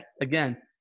Again